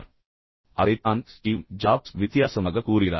இப்போது அதைத்தான் Steve Jobs வித்தியாசமான முறையில் கூறுகிறார்